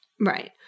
right